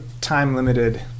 time-limited